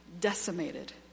decimated